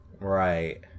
Right